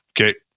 Okay